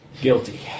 Guilty